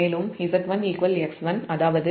மேலும் z1 X1 அதாவது j0